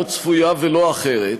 לא צפויה ולא אחרת,